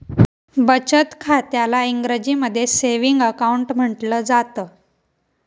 बचत खात्याला इंग्रजीमध्ये सेविंग अकाउंट म्हटलं जातं